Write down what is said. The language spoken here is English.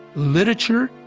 literature,